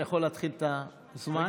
להתחיל את הזמן?